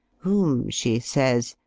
whom, she says,